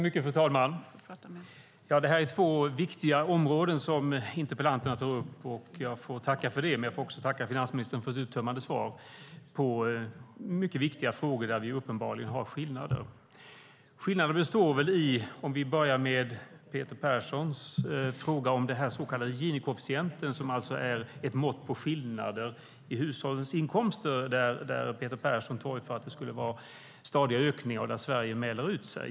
Fru talman! Det är två viktiga områden som interpellanterna tar upp. Jag får tacka för det. Jag får också tacka finansministern för ett uttömmande svar i dessa mycket viktiga frågor där vi uppenbarligen har skillnader. För att börja med Peter Perssons fråga om den så kallade Gini-koefficienten, ett mått på skillnader i hushållens inkomster: Peter Persson torgför att det är stadiga ökningar och att Sverige mäler ut sig.